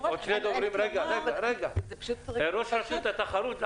ראש רשות התחרות.